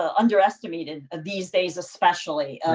ah underestimated and these days especially.